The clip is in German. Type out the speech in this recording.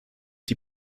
die